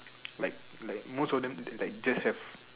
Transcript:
like like most of the like just have